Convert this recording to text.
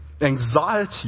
Anxiety